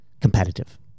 competitive